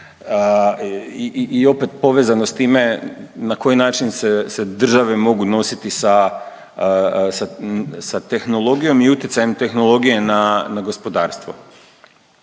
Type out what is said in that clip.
i opet povezano s time na koji način se, se države mogu nositi sa, sa, sa tehnologijom i utjecajem tehnologije na, na gospodarstvo.